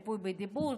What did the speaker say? ריפוי בדיבור,